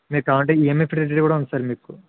మీరు కావాలంటే EMI facility కూడా ఉంది సార్ మీకు